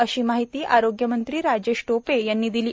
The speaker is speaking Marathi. अशी माहिती आरोग्यमंत्री राजेश टोपे यांनी आज दिली